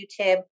YouTube